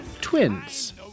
twins